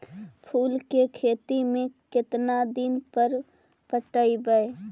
फूल के खेती में केतना दिन पर पटइबै?